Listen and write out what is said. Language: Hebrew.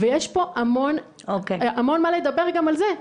יש פה המון מה לדבר גם על זה.